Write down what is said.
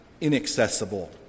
inaccessible